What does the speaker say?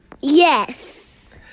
Yes